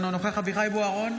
אינו נוכח אביחי אברהם בוארון,